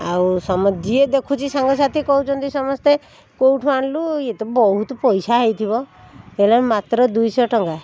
ଆଉ ସମ ଯିଏ ଦେଖୁଛି ସାଙ୍ଗସାଥି କହୁଛନ୍ତି ସମସ୍ତେ କେଉଁଠୁ ଆଣିଲୁ ଇଏତ ବହୁତ ପଇସା ହେଇଥିବ ହେଲେ ମାତ୍ର ଦୁଇଶହ ଟଙ୍କା